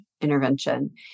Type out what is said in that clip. intervention